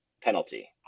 penalty